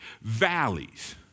valleys